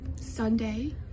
Sunday